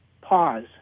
Pause